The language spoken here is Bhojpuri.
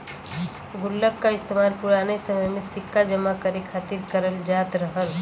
गुल्लक का इस्तेमाल पुराने समय में सिक्का जमा करे खातिर करल जात रहल